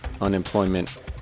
unemployment